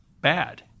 bad